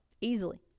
easily